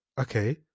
okay